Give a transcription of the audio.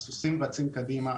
הסוסים רצים קדימה.